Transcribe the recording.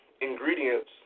ingredients